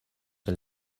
que